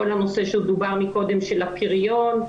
כל הנושא שדובר קודם של פריון,